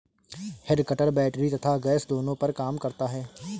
head cutter battery तथा gas दोनों पर काम करता है